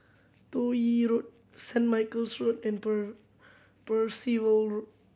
Toh Yi Road Saint Michael's Road and Percival Road